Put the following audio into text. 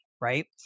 right